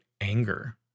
anger